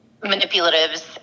manipulatives